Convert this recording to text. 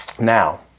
Now